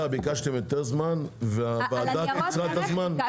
ביקשתם יותר זמן והוועדה קיצרה את הזמן?